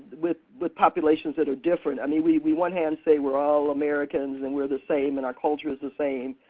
with with populations that are different. i mean, we we one hand say all americans and we're the same and our culture is the same.